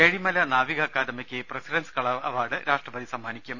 ഏഴിമല നാവിക അക്കാദമിക്ക് president's colour award രാഷ്ട്രപതി സമ്മാ നിക്കും